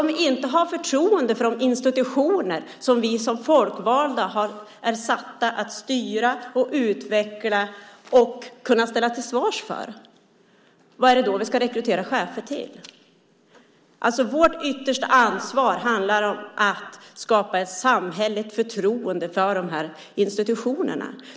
Om vi inte har förtroende för de institutioner som vi som folkvalda är satta att styra och utveckla och kan ställas till svars för, vad är det då vi ska rekrytera chefer till? Vårt yttersta ansvar handlar om att skapa ett samhälleligt förtroende för de här institutionerna.